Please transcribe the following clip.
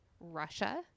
Russia